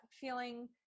feeling